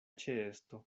ĉeesto